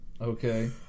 Okay